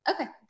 Okay